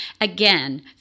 Again